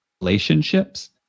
relationships